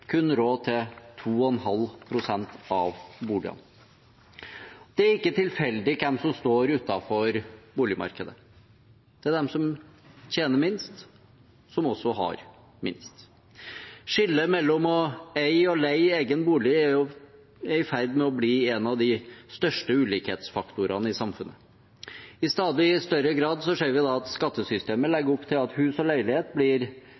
kun råd til 2,5 pst. av boligene. Det er ikke tilfeldig hvem som står utenfor boligmarkedet. Det er de som tjener minst, som også har minst. Skillet mellom å eie og leie egen bolig er i ferd med å bli en av de største ulikhetsfaktorene i samfunnet. I stadig større grad ser vi at skattesystemet legger opp til at hus og leilighet blir